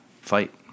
fight